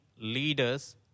leaders